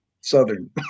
Southern